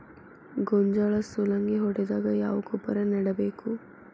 ಗೋಂಜಾಳ ಸುಲಂಗೇ ಹೊಡೆದಾಗ ಯಾವ ಗೊಬ್ಬರ ನೇಡಬೇಕು?